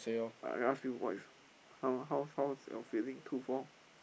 I ask you what is how how how's your feeling two four